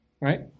Right